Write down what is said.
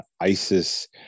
ISIS